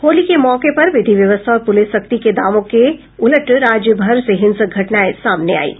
होली के मौके पर विधि व्यवस्था और पुलिस सख्ती के दावों के उलट राज्य भर से हिंसक घटनाएं सामने आईं